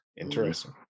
Interesting